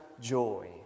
joy